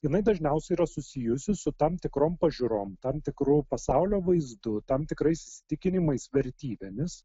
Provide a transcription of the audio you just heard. jinai dažniausiai yra susijusi su tam tikrom pažiūrom tam tikru pasaulio vaizdu tam tikrais įsitikinimais vertybėmis